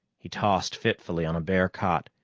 he tossed fitfully on a bare cot,